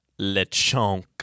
Lechonk